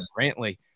Brantley